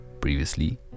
previously